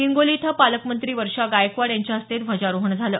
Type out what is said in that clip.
हिंगोली इथं पालकमंत्री वर्षा गायकवाड यांच्या हस्ते ध्वजारोहण झालं